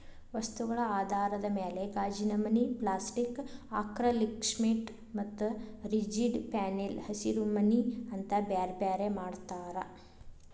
ವಸ್ತುಗಳ ಆಧಾರದ ಮ್ಯಾಲೆ ಗಾಜಿನಮನಿ, ಪ್ಲಾಸ್ಟಿಕ್ ಆಕ್ರಲಿಕ್ಶೇಟ್ ಮತ್ತ ರಿಜಿಡ್ ಪ್ಯಾನೆಲ್ ಹಸಿರಿಮನಿ ಅಂತ ಬ್ಯಾರ್ಬ್ಯಾರೇ ಮಾಡ್ತಾರ